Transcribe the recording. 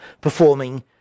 performing